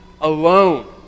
alone